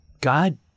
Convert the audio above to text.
God